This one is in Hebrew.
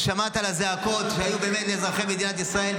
ששמעת על הזעקות שהיו באמת לאזרחי מדינת ישראל,